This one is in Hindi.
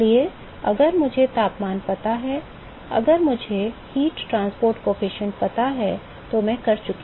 इसलिए अगर मुझे तापमान पता है अगर मुझे ऊष्मा परिवहन गुणांक पता है तो मैं कर चुका हूं